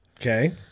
Okay